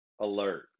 alert